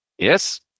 Yes